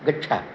गच्छ